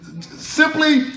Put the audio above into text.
Simply